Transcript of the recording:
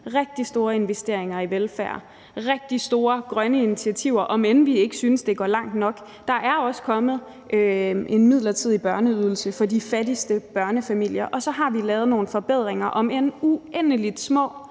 Rigtig store investeringer i velfærd, rigtig store grønne initiativer, om end vi ikke synes, at de rækker langt nok. Der er også kommet en midlertidig børneydelse for de fattigste børnefamilier, og så har vi lavet nogle forbedringer, om end de er uendeligt små